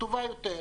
טובה יותר,